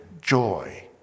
joy